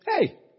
Hey